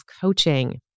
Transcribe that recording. coaching